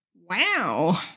Wow